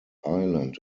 island